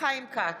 חיים כץ,